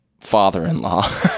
father-in-law